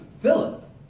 Philip